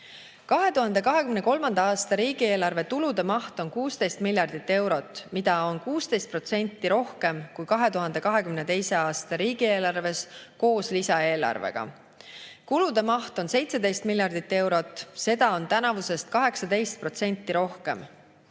2023. aasta riigieelarve tulude maht on 16 miljardit eurot, mida on 16% rohkem kui 2022. aasta riigieelarves koos lisaeelarvega. Kulude maht on 17 miljardit eurot, seda on tänavusest 18% rohkem.